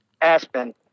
Aspen